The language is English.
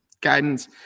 guidance